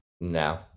No